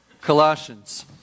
Colossians